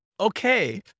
okay